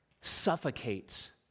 suffocates